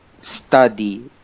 study